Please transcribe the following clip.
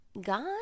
God